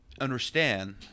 understand